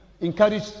encourage